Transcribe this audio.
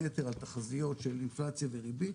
היתר על תחזיות של אינפלציה וריבית,